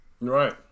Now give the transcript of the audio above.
Right